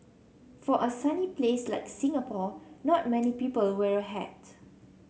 for a sunny place like Singapore not many people wear a hat